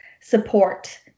support